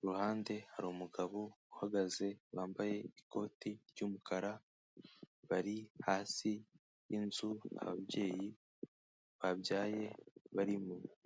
iruhande hari umugabo uhagaze, wambaye ikoti ry'umukara, bari hasi y'inzu ababyeyi babyaye barimo.